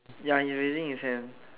ya he raising his hand